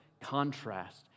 contrast